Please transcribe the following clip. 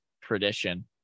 tradition